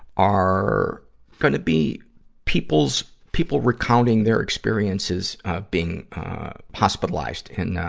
are gonna be people's, people recounting their experiences, ah, being hospitalized in,